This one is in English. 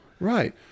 Right